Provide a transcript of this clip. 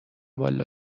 والا